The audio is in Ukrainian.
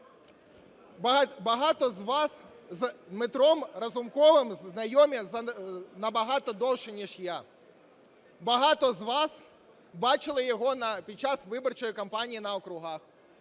Багато з вас з Дмитром Разумковим знайомі набагато довше ніж я, багато з вас бачили його під час виборчої кампанії на округах,